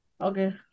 Okay